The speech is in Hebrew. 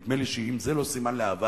נדמה לי שאם זה לא סימן לאהבה,